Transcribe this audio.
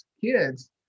kids